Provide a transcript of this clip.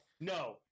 no